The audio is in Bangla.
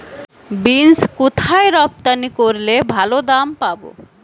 বিন্স কোথায় রপ্তানি করলে ভালো দাম পাব?